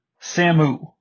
Samu